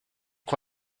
que